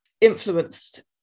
influenced